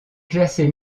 classée